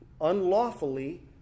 unlawfully